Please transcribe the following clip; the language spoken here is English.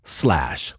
slash